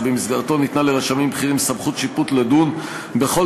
שבמסגרתו ניתנה לרשמים בכירים סמכות שיפוט לדון בכל